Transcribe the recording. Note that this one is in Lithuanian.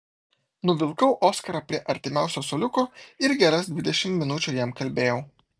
nuvilkau oskarą prie artimiausio suoliuko ir geras dvidešimt minučių jam kalbėjau